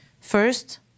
First